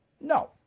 No